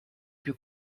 più